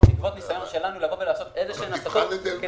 בעקבות ניסיון שלנו לבוא ולעשות איזה שהן התאמות.